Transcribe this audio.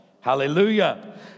Hallelujah